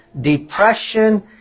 depression